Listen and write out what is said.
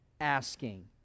asking